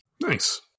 Nice